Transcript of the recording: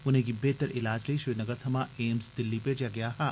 उनें'गी बेह्तर इलाज लेई श्रीनगर थमां एम्स दिल्ली भेजेआ गेआ हा